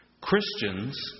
Christians